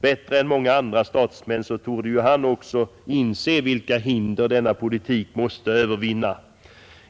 Bättre än många andra statsmän torde han också inse vilka hinder denna politik måste övervinna.